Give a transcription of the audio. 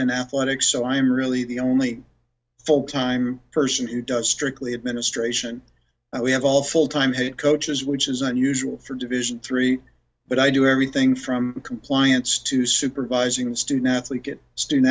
and athletics so i am really the only full time person who does strictly administration and we have all full time paid coaches which is unusual for division three but i do everything from compliance to supervising the student athlete get student